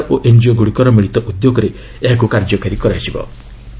କେନ୍ଦ୍ର ସରକାର ଓ ଏନ୍ଜିଓଗୁଡ଼ିକର ମିଳିତ ଉଦ୍ୟୋଗରେ ଏହାକୁ କାର୍ଯ୍ୟକାରୀ କରାଯିବ